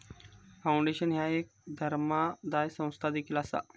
foundation ह्या एक धर्मादाय संस्था देखील असा